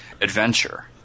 adventure